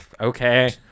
okay